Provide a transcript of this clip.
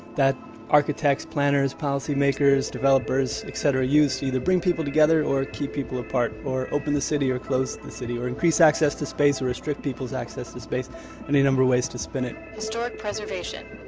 that architects, planners, policymakers, developers, etc use to either bring people together or keep people apart, or open the city or close the city, or increase access to space or restrict people's access to space any number of ways to spin it historic preservation,